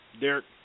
Derek